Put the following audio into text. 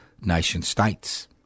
nation-states